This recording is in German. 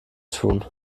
tun